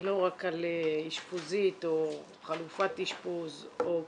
לא רק על אשפוזית או חלופת אשפוז או כפר,